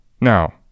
Now